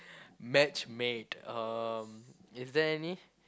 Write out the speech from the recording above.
matchmade uh is there any